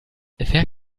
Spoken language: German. wer